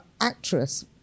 actress